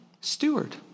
steward